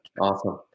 awesome